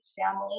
family